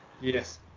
Yes